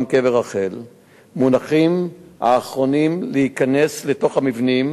קבר רחל מונחים האחרונים להיכנס לתוך המבנים,